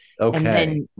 Okay